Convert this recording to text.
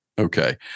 Okay